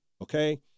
Okay